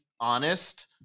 honest